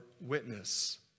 witness